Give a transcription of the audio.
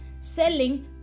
selling